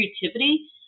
creativity